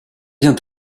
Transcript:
bien